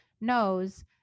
knows